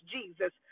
Jesus